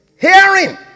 Hearing